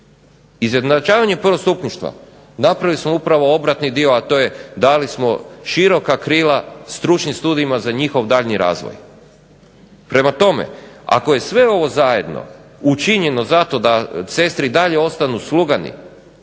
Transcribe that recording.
izjednačavanje prvostupništva napravili smo upravo obratni dio, a to je dali smo široka krila stručnim studijima za njihov daljnji razvoj. Prema tome ako je sve ovo zajedno učinjeno zato da sestre i dalje ostanu slugani,